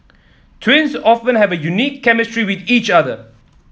twins often have a unique chemistry with each other